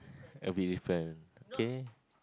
it'll be different okay